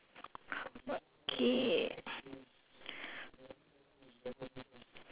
okay